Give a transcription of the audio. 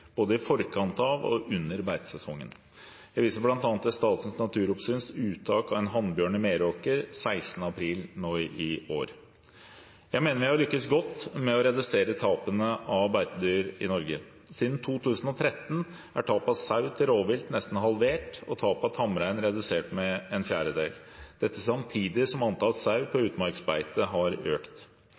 både i forkant av og under beitesesongen. Jeg viser bl.a. til Statens naturoppsyns uttak av en hannbjørn i Meråker 16. april i år. Jeg mener vi har lyktes godt med å redusere tapene av beitedyr i Norge. Siden 2013 er tapet av sau til rovvilt nesten halvert og tapet av tamrein redusert med en fjerdedel, dette samtidig som antall sau på utmarksbeite har økt.